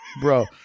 Bro